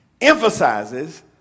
emphasizes